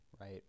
right